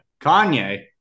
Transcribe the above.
Kanye